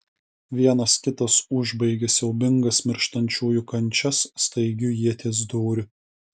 vienas kitas užbaigė siaubingas mirštančiųjų kančias staigiu ieties dūriu